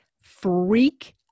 freak